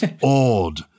awed